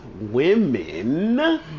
women